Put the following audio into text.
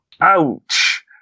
Ouch